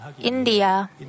India